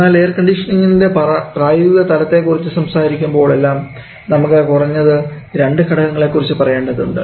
എന്നാൽ എയർ കണ്ടീഷനിംഗ്നിൻറെ പ്രായോഗിക തലത്തെ കുറിച്ച് സംസാരിക്കുമ്പോൾ എല്ലാം നമുക്ക് കുറഞ്ഞത് രണ്ടു ഘടകങ്ങളെ കുറിച്ച് പറയേണ്ടതുണ്ട്